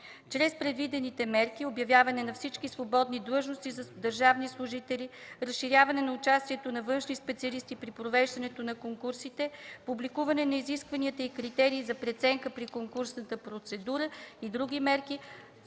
Чрез предвидените мерки – обявяване на всички свободни длъжности за държавни служители, разширяване на участието на външни специалисти в провеждането на конкурсите, публикуването на изискванията и критериите за преценка при конкурсната процедура и други мерки,